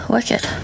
Wicked